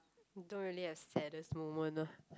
don't really has saddest moment ah